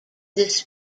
this